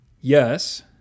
Yes